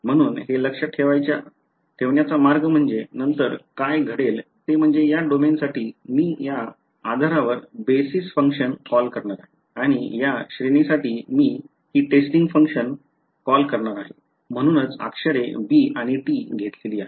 म्हणून हे लक्षात ठेवण्याचा मार्ग म्हणजे नंतर काय घडेल ते म्हणजे या डोमेनसाठी मी या आधारावर बेसिस फंक्शन्स कॉल करणार आहे आणि या श्रेणीसाठी मी ही टेस्टिंग फंक्शन्स कॉल करणार आहे म्हणूनच अक्षरे b आणि t घेतलेली आहेत